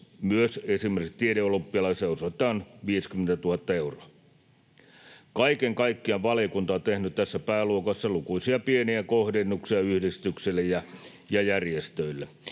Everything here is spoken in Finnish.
Myös esimerkiksi tiedeolympialaisille osoitetaan 50 000 euroa. Kaiken kaikkiaan valiokunta on tehnyt tässä pääluokassa lukuisia pieniä kohdennuksia yhdistyksille ja järjestöille.